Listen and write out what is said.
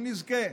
אם נזכה.